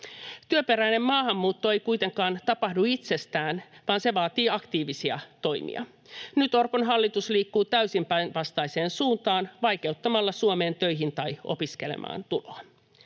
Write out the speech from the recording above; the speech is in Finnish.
Työperäinen maahanmuutto ei kuitenkaan tapahdu itsestään, vaan se vaatii aktiivisia toimia. Nyt Orpon hallitus liikkuu täysin päinvastaiseen suuntaan vaikeuttamalla Suomeen töihin tai opiskelemaan tuloa.